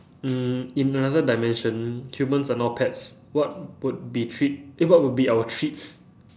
mm in another dimension humans are now pets what would be treat eh what would be our treats